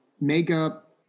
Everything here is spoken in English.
makeup